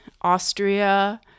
Austria